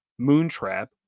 Moontrap